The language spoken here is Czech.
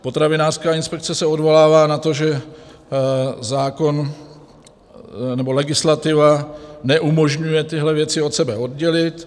Potravinářská inspekce se odvolává na to, že legislativa neumožňuje tyhle věci od sebe oddělit.